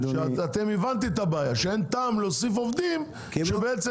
הבנתי את הבעיה אין טעם להוסיף עובדים כשבעצם